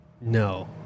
No